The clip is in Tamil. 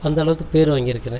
அந்த அளவுக்கு பெயரு வாங்கியிருக்கேன்